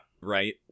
Right